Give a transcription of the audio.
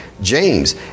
james